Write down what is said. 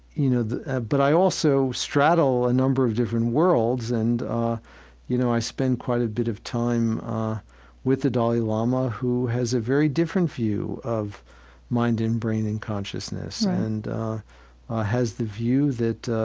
you know but i also straddle a number of different worlds. and ah you know, i spend quite a bit of time with the dalai lama, who has a very different view of mind and brain and consciousness and has the view that,